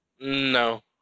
No